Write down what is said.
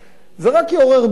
זה רק יעורר ביקורת.